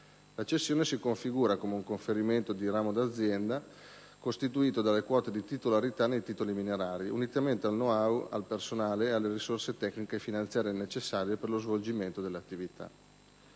La cessione si configura come un «conferimento di ramo di azienda», costituito dalle quote di titolarità nei titoli minerari, unitamente al *know-how*, al personale e alle risorse tecniche e finanziarie necessarie per lo svolgimento delle attività.